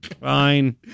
Fine